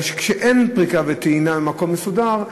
בגלל שכאשר אין פריקה וטעינה במקום מסודר,